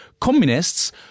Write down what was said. communists